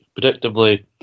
Predictably